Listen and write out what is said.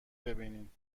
ببینینبازم